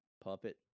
puppet